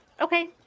Okay